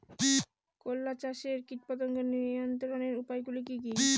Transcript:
করলা চাষে কীটপতঙ্গ নিবারণের উপায়গুলি কি কী?